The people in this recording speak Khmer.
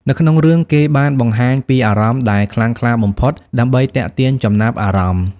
នៅក្នុងរឿង គេបានបង្ហាញពីអារម្មណ៍ដែលខ្លាំងក្លាបំផុតដើម្បីទាក់ទាញចំណាប់អារម្មណ៍។